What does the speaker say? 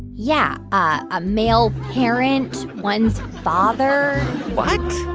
yeah, a male parent, one's father what?